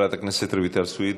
חברת הכנסת רויטל סויד,